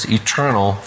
eternal